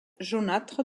jaunâtre